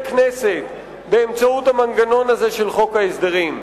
כנסת באמצעות המנגנון הזה של חוק ההסדרים.